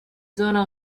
zona